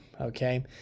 okay